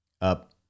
up